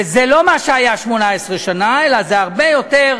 וזה לא מה שהיה 18 שנה, אלא זה הרבה יותר,